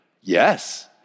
yes